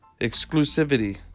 Exclusivity